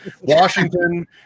Washington